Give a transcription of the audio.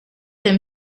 them